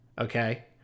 Okay